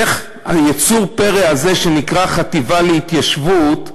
איך יצור הפרא הזה שנקרא החטיבה להתיישבות,